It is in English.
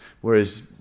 whereas